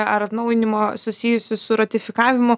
ar atnaujinimo susijusių su ratifikavimu